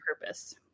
purpose